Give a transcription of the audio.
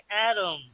Adam